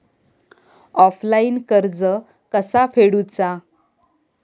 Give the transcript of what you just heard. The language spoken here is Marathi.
ऑफलाईन कर्ज कसा फेडूचा?